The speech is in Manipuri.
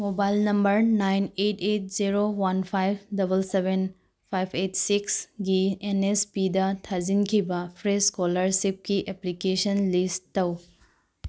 mobile number nine eight eight zero one five seven seven five eight ꯁꯤꯛꯁꯒꯤ ꯑꯦꯟ ꯑꯦꯁ ꯄꯤꯗ ꯊꯥꯖꯤꯟꯈꯤꯕ ꯐ꯭ꯔꯦꯁ ꯏꯁꯀꯣꯂꯔꯁꯤꯞꯀꯤ ꯑꯦꯄ꯭ꯂꯤꯀꯦꯁꯟ ꯂꯤꯁ ꯇꯧ